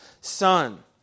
son